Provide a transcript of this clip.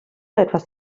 etwas